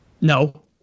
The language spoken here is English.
No